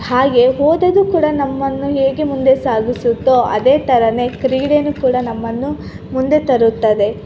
ಹಾಗೆ ಓದೋದು ಕೂಡ ನಮ್ಮನ್ನು ಹೇಗೆ ಮುಂದೆ ಸಾಗಿಸುತ್ತೊ ಅದೇ ಥರ ಕ್ರೀಡೆಯೂ ಕೂಡ ನಮ್ಮನ್ನು ಮುಂದೆ ತರುತ್ತದೆ